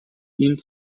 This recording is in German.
ihn